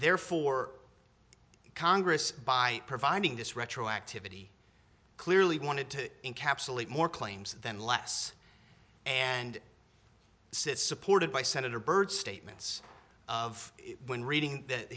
therefore congress by providing this retroactivity clearly wanted to encapsulate more claims than less and says supported by senator byrd statements of when reading th